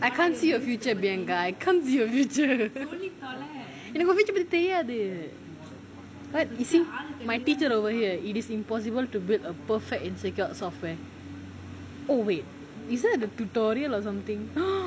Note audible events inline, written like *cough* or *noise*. I can't see a future being guy can't be your future என்ன தெரியாது:enna teriyathu but teacher my teacher over here it is impossible to build a perfect and secured software oh wait is there a tutorial or something *breath*